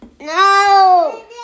No